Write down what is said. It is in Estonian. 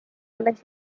alles